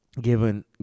given